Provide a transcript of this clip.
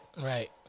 right